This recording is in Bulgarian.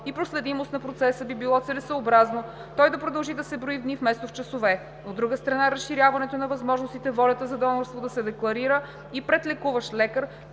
и проследимост на процеса би било целесъобразно той да продължи да се брои в дни, вместо в часове. От друга страна, разширяването на възможностите волята за донорство да се декларира и пред лекуващ лекар,